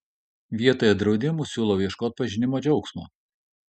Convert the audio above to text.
vietoje draudimų siūlau ieškoti pažinimo džiaugsmo